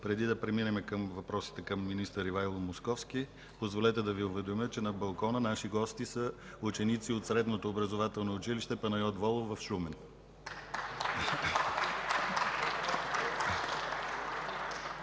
Преди да преминем към въпросите към министър Ивайло Московски, позволете да Ви уведомя, че на балкона наши гости са ученици от Средното образователно училище „Панайот Волов” в Шумен. (С